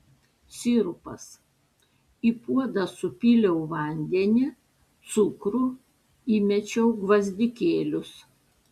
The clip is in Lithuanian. sirupas į puodą supyliau vandenį cukrų įmečiau gvazdikėlius